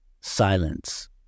silence